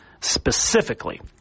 specifically